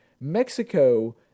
Mexico